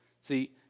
See